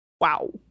wow